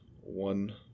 one